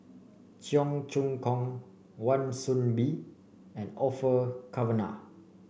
Cheong Choong Kong Wan Soon Bee and Orfeur Cavenagh